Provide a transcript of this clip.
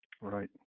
right